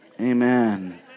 Amen